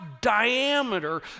diameter